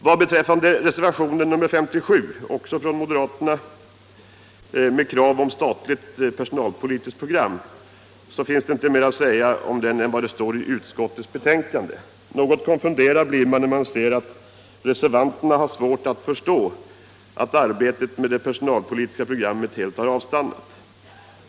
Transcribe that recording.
Vad beträffar reservationen 57, också den från moderaterna, med krav på ett statligt personalpolitiskt program finns det inte mer att säga än vad som står i utskottets betänkande. Något konfunderad blir man när man ser att reservanterna har svårt att förstå att arbetet med det personalpolitiska programmet helt har avstannat.